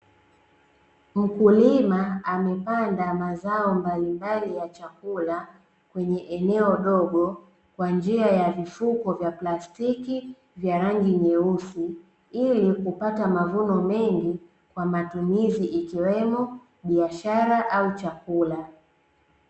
Mkulima amepanda mazao mbalimbali ya chakula kwenye eneo dogo, kwa njia ya vifuko vya plastiki vya rangi nyeusi, ili kupata mavuno mengi kwa matumizi, ikiwemo biashara au chakula.